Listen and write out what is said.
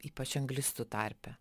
ypač anglistų tarpe